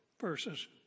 Verses